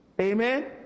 amen